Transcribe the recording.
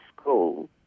school